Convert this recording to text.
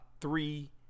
three